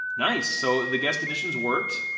nice, so the guest edition's worked.